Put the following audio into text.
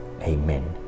Amen